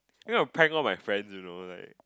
you know prank of my friend you know right